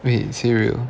wait say real